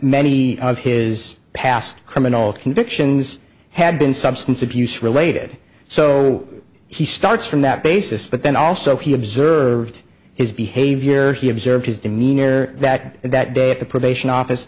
many of his past criminal convictions had been substance abuse related so he starts from that basis but then also he observed his behavior he observed his demeanor that and that day at the probation office